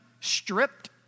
stripped